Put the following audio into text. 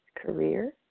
career